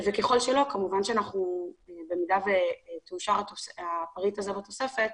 ככל שלא, כמובן שבמידה ויאושר הפריט הזה בתוספת,